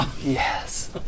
Yes